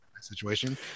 situation